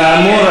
כאמור,